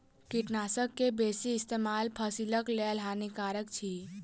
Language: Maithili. कीटनाशक के बेसी इस्तेमाल फसिलक लेल हानिकारक अछि